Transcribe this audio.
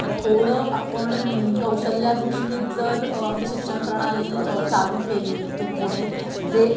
तर थोडं आपण कौशल्याधिष्ठित जर आपली शिक्षण प्रणाली चालू केली इथून पुढे जे